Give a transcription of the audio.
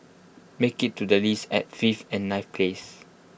made IT to the list at fifth and ninth place